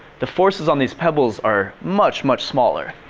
the forces on these pebbles are much much smaller.